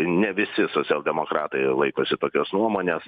ne visi socialdemokratai laikosi tokios nuomonės